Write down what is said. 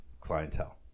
clientele